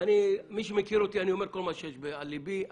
מי שמכיר אותי, אני אומר כל מה שיש על ליבי.